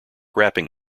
wrapping